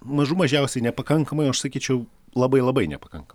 mažų mažiausiai nepakankamai o aš sakyčiau labai labai nepakankamai